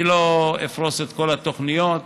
אני לא אפרוס את כל התוכניות,